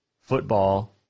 football